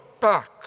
back